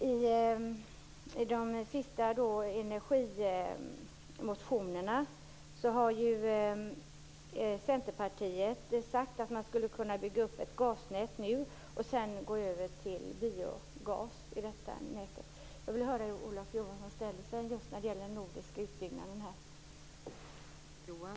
I de senaste energimotionerna har Centerpartiet sagt att man skulle kunna bygga upp ett gasnät nu och sedan gå över till biogas i det nätet. Jag vill höra hur Olof Johansson ställer sig just när det gäller den nordiska utbyggnaden.